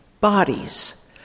bodies